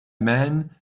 man